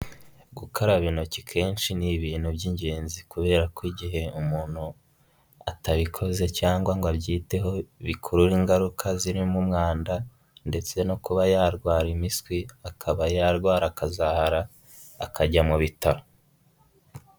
Gukaraba intoki kenshi ni ibintu by'ingenzi kubera ko igihe umuntu atabikoze cyangwa ngo abyiteho, bikurura ingaruka zirimo umwanda ndetse no kuba yarwara impiswi, akaba yarwara akazahara, akajya mu bitaro.